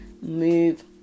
move